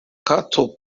cattle